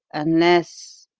unless